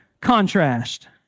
contrast